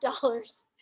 dollars